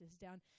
down